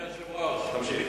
תמשיך.